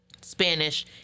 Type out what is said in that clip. Spanish